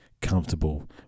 comfortable